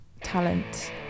talent